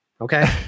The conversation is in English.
okay